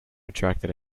attracted